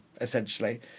essentially